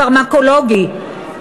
פרמקולוגי,